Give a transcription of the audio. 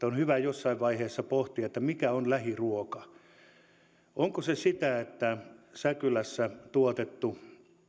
on hyvä jossain vaiheessa pohtia mikä on lähiruokaa onko se sitä että säkylässä tuotettu